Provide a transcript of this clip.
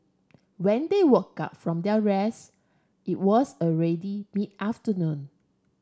when they woke up from their rest it was already mid afternoon